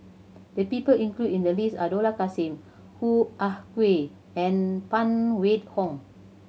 the people included in the list are Dollah Kassim Hoo Ah Kay and Phan Wait Hong